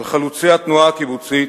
אבל חלוצי התנועה הקיבוצית